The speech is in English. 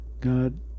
God